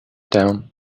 down